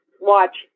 watch